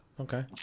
okay